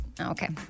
Okay